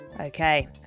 Okay